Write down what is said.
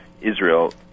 Israel